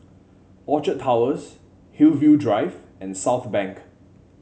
Orchard Towers Hillview Drive and Southbank